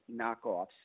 knockoffs